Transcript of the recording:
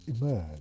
emerge